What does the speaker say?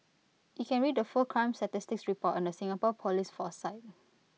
you can read the full crime statistics report on the Singapore Police force site